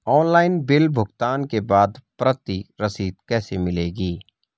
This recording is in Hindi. ऑनलाइन बिल भुगतान के बाद प्रति रसीद कैसे मिलेगी?